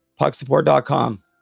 PuckSupport.com